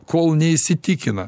kol neįsitikina